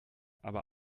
aber